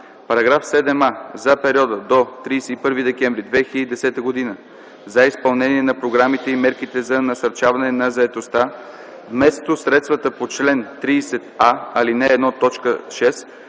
§ 7а: „§ 7а. За периода до 31 декември 2010 г. за изпълнение на програмите и мерките за насърчаване на заетостта вместо средствата по чл. 30а, ал. 1,